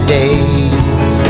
days